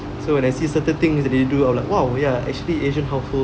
so when I see certain things that they do I'll be like !wow! ya actually asian culture